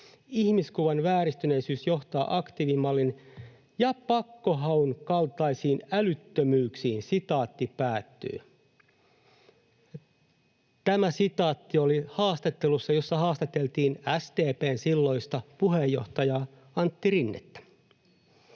Ihmiskuvan vääristyneisyys johtaa aktiivimallin ja pakkohaun kaltaisiin älyttömyyksiin.” Tämä sitaatti oli haastattelusta, jossa haastateltiin SDP:n silloista puheenjohtajaa Antti Rinnettä.